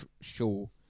show